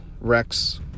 Rex